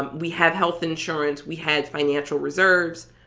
but we have health insurance. we had financial reserves.